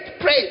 pray